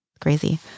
Crazy